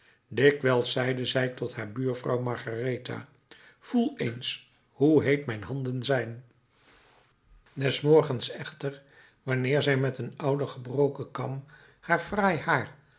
dikwijls zeide zij tot haar buurvrouw margaretha voel eens hoe heet mijn handen zijn des morgens echter wanneer zij met een ouden gebroken kam haar fraai haar